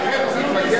ההתנצלות מתקבלת.